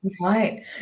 right